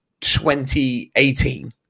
2018